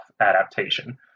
adaptation